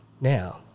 now